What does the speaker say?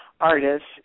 artists